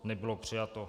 Nebylo přijato.